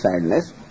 sadness